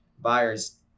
buyers